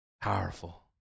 Powerful